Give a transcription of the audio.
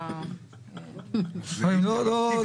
הם יציגו את עצמם כאשר הם יבקשו את רשות הדיבור.